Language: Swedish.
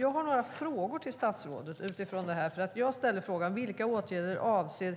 Jag har dock några frågor till statsrådet. Jag ställde frågan: Vilka åtgärder avser